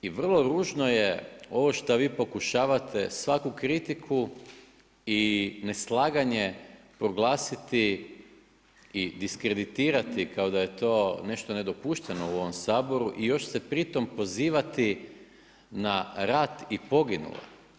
I vrlo ružno je ovo što vi pokušavate, svaku kritiku i neslaganje proglasiti i diskreditirati, kao da je to nešto nedopušteno u ovom Saboru i još se pri tom pozivati na rat i poginule.